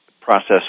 process